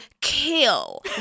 kill